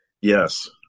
Yes